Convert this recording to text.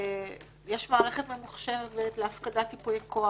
יש מערכת ממוחשבת להפקדת ייפויי כוח.